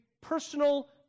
personal